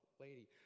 lady